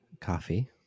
coffee